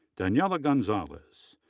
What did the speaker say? daniella gonzalez,